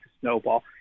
snowball